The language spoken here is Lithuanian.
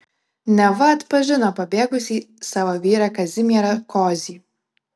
neva atpažino pabėgusį savo vyrą kazimierą kozį